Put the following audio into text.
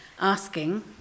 asking